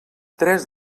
tres